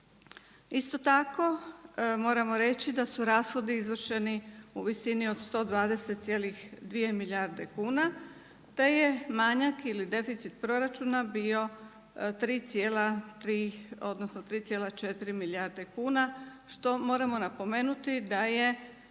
Isto tako moramo reći da su rashodi izvršeni u visini od 120,2 milijardi kuna, te je manjak ili deficit proračuna bio 3,3 odnosno 3,4 milijarde kuna što moramo napomenuti da je